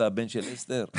אתה הבן של אסתר?